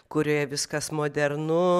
kurioje viskas modernu